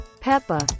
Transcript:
Peppa